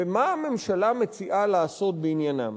ומה הממשלה מציעה לעשות בעניינם?